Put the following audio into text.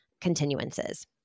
continuances